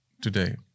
today